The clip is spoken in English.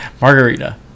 Margarita